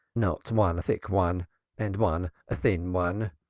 not one a thick one and one a thin one.